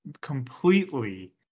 completely